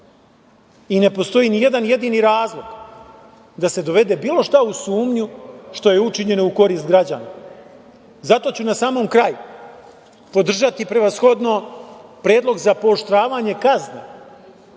Ne postoji nijedan jedini razlog da se dovede bilo šta u sumnju što je učinjeno u korist građana. Zato ću na samom kraju podržati prevashodno predlog za pooštravanje kazni,